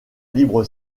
libre